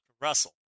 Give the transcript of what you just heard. Russell